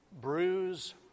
bruise